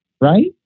Right